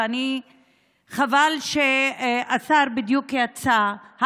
וחבל שהשר בדיוק יצא,